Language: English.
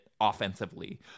offensively